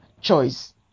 choice